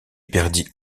perdit